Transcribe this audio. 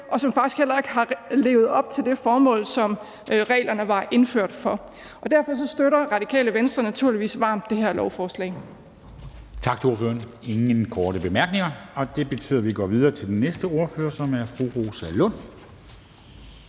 og som faktisk heller ikke har levet op til det formål, som reglerne var indført med, og derfor støtter Radikale Venstre naturligvis varmt det her lovforslag.